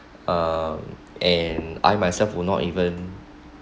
um and I myself would not even